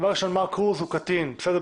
דבר ראשון, מר' קרוז הוא קטין, בסדר?